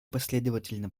последовательно